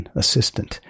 assistant